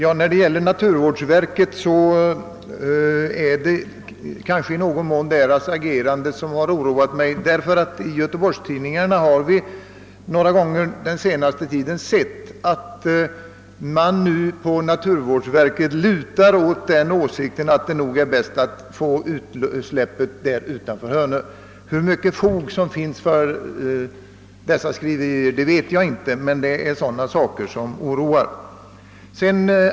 Herr talman! Det är i någon mån naturvårdsverkets agerande som har oroat mig. Av artiklar i göteborgstidningarna att döma lutar naturvårdsverket nu åt den åsikten att det är bäst att få utsläppet utanför Hönö. Hur mycket fog det finns för dessa skriverier vet jag inte, men de skapar oro.